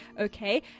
okay